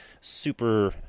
super